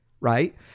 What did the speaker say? right